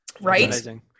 right